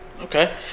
Okay